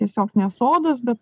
tiesiog ne sodas bet